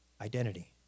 identity